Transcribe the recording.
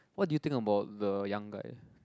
what do you think about the young guy